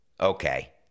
okay